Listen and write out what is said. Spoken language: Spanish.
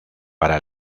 para